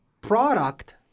product